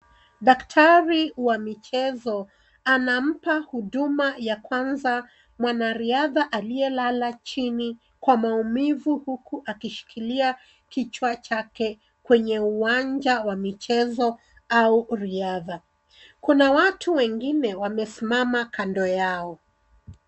Daktari wa michezo anampa huduma ya kwanza mwanariadha aliyelala chini kwa maumivu huku akishikilia kichwa chake, kwenye uwanja wa michezo au riadha. Kuna watu wengine wamesimama kando yao.